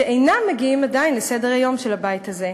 שאינם מגיעים עדיין לסדר-היום של הבית הזה,